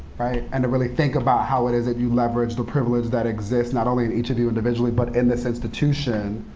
and to really think about how it is that you leverage the privilege that exists, not only in each of you individually, but in this institution,